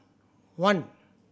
one